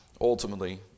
ultimately